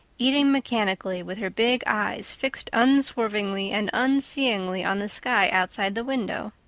eating mechanically, with her big eyes fixed unswervingly and unseeingly on the sky outside the window.